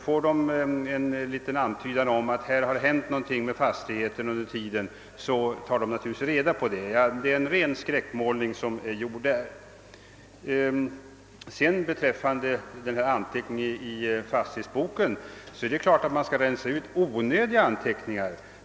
Om bankerna får en antydan om någon förändring hos fastigheten, tar de naturligtvis reda på det faktiska förhållandet. Det är en ren skräckmålning som här har gjorts. Rörande anteckningar i fastighetsboken är det självklart att man skall rensa ut onödiga anteckningar.